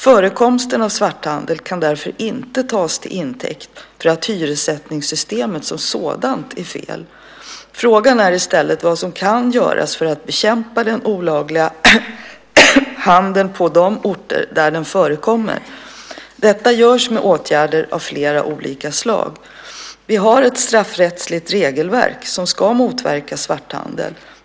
Förekomsten av svarthandel kan därför inte tas till intäkt för att hyressättningssystemet som sådant är fel. Frågan är i stället vad som kan göras för att bekämpa den olagliga handeln på de orter där den förekommer. Detta görs med åtgärder av flera olika slag. Vi har ett straffrättsligt regelverk som ska motverka svarthandel.